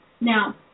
Now